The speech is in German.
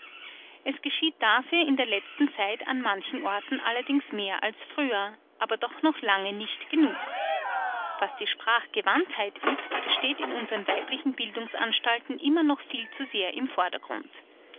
es geschieht dafür in der letzten zeit an manchen orten allerdings mehr als früher aber doch noch lange nicht genug was die sprachgewandtheit übt steht in unsren weiblichen bildungsanstalten immer noch viel zu sehr im vordergrund